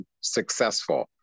successful